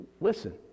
listen